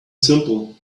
simple